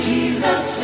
Jesus